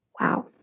Wow